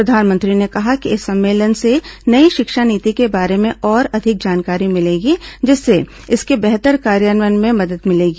प्रधानमंत्री ने कहा कि इस सम्मेलन से नई शिक्षा नीति के बारे में और अधिक जानकारी मिलेगी जिससे इसके बेहतर कार्यान्वयन में मदद मिलेगी